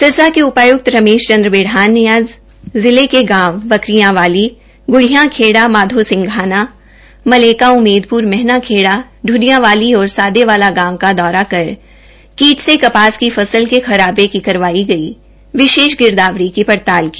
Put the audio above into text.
सिरसा के उपाय्क्त रमेश चन्द्र बिढ़ान ने आज जिले के गांव वकरियांवाली ग्पिया खेड़ा माधो सिंधाना मलेगा उमेदप्र मैहना खेड़ा प्रणियावाली और सादेवाला गांव का दौरा कर कीट से कपास की फसल के खराबे की करवाई गई विशेष गिरदावरी की पड़ताल की